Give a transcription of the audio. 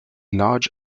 large